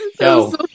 No